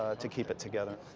to keep it together.